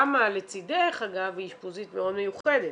גם לצידך היא אשפוזית מאוד מיוחדת,